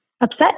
upset